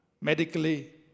Medically